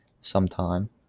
sometime